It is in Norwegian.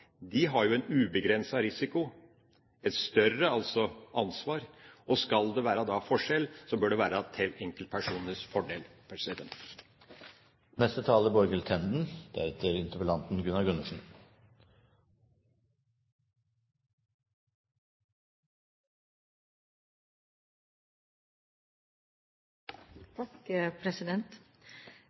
de som velger å etablere næringsvirksomhet i form av enkeltpersonforetak, har en ubegrenset risiko, altså et større ansvar. Skal det være forskjell, bør det være til enkeltpersoners fordel. Jeg vil berømme interpellanten